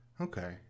okay